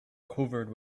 covered